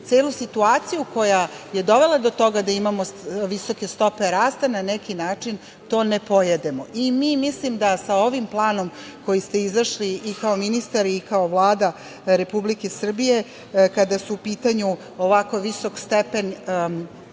celu situaciju koja je dovela do toga da imamo visoke stope rasta, na neki način to ne pojedemo. Mislim da mi sa ovim planom koji ste izašli i kao ministar i kao Vlada Republike Srbije, kada su u pitanju ovako visok stepen